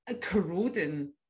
corroding